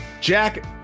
jack